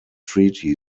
treaty